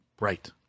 Right